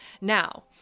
Now